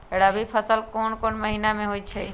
रबी फसल कोंन कोंन महिना में होइ छइ?